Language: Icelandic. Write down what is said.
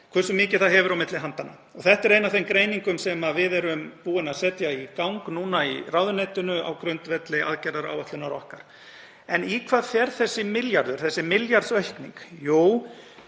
hversu mikið það hefur á milli handanna. Þetta er ein af þeim greiningum sem við höfum sett í gang í ráðuneytinu á grundvelli aðgerðaáætlunar okkar. En í hvað fer þessi milljarður, þessi milljarðsaukning? Jú,